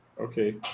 Okay